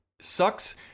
sucks